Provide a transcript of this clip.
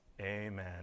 Amen